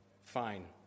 fine